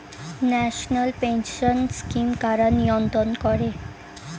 National pension scheme কারা নিয়ন্ত্রণ করে?